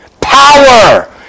Power